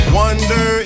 wonder